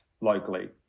locally